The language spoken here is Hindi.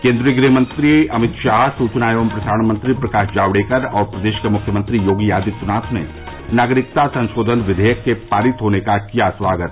केन्द्रीय गृह मंत्री अमित शाह सूचना एवं प्रसारण मंत्री प्रकाश जावड़ेकर और प्रदेश के मुख्यमंत्री योगी आदित्यनाथ ने नागरिकता संशोधन विधेयक के पारित होने का किया स्वागत